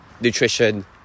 nutrition